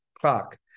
clock